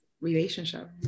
relationship